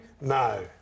No